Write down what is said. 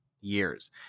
years